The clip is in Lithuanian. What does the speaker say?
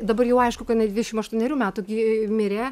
dabar jau aišku kad jinai dvidešimt aštuonerių metų gi mirė